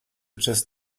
just